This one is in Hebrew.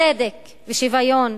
צדק ושוויון.